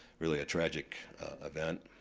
really a tragic event,